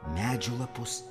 medžių lapus